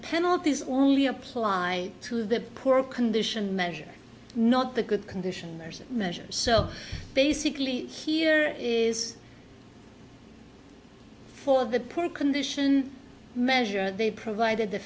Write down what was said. penalties only apply to the poor condition measure not the good condition measures so basically here is for the poor condition measure they provided the